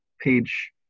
page